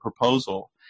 proposal